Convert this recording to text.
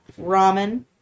Ramen